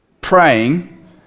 praying